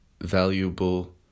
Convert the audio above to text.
valuable